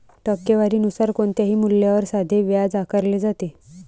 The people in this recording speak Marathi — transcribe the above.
टक्केवारी नुसार कोणत्याही मूल्यावर साधे व्याज आकारले जाते